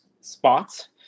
spots